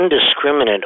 indiscriminate